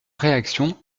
réaction